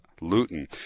Luton